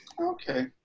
Okay